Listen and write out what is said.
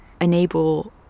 enable